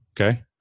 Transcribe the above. okay